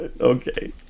Okay